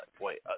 wait